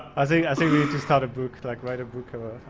i think i think we need to start a book like write a book.